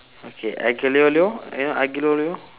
okay aglio olio you know aglio olio